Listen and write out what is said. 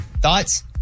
Thoughts